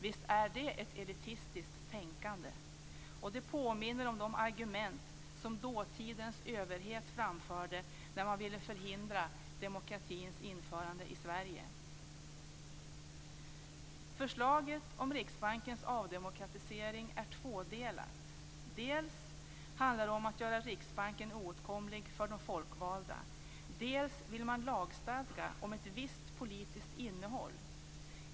Visst är det ett elitistiskt tänkande. Det påminner om de argument som dåtidens överhet framförde när man ville förhindra demokratins införande i Sverige. Förslaget om Riksbankens avdemokratisering är tvådelat. Dels handlar det om att göra Riksbanken oåtkomlig för de folkvalda, dels vill man lagstadga om ett visst politiskt innehåll.